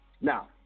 Now